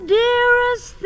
dearest